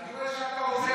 אני רואה שאתה עוזר,